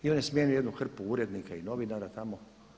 I on je smijenio jednu hrpu urednika i novinara tamo.